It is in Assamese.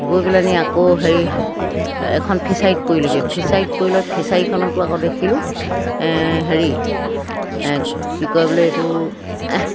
গৈ পেলানি আকৌ হেৰি এখন ফিচাৰীত পৰিলেগৈ ফিচাৰীত পৰিলত ফিচাৰীখনতো আকৌ দেখিলোঁ হেৰি কি কয় বোলে এইটো